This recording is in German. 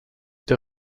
der